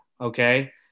okay